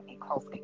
close